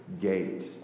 gate